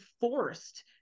forced